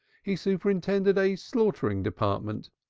he superintended a slaughtering department,